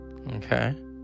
Okay